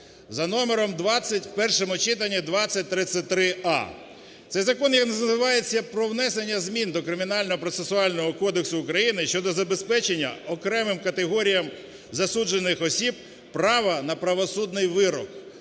читанні 2033а. Цей Закон називається про внесення змін до Кримінально-процесуального кодексу України (щодо забезпечення окремим категоріям засуджених осіб права на правосудний вирок).